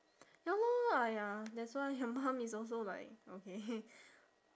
ya lor !aiya! that's why your mum is also like okay